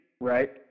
right